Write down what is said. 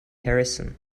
harrison